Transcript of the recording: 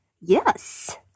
Yes